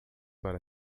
para